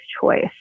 choice